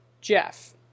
Jeff